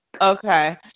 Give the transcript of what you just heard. Okay